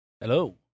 Hello